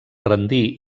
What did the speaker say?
rendir